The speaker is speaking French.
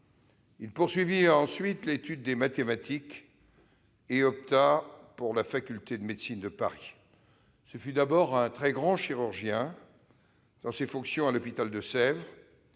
Il poursuivit ensuite l'étude des mathématiques et opta finalement pour la faculté de médecine de Paris. Ce fut d'abord un grand chirurgien, dans ses fonctions à l'hôpital de Sèvres